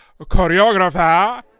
choreographer